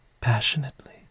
passionately